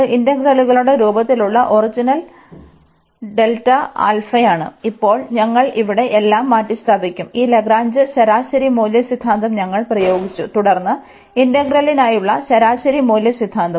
ഇപ്പോൾ ഞങ്ങൾ ഇവിടെ എല്ലാം മാറ്റിസ്ഥാപിക്കും ഈ ലഗ്രാഞ്ച് ശരാശരി മൂല്യ സിദ്ധാന്തം ഞങ്ങൾ പ്രയോഗിച്ചു തുടർന്ന് ഇന്റഗ്രലിനായുള്ള ശരാശരി മൂല്യ സിദ്ധാന്തവും